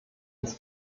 des